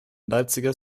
leipziger